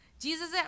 Jesus